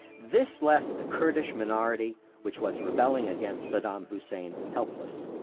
this left the kurdish minority, which was rebelling against saddam hussein, helpless.